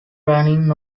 running